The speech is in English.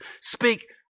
speak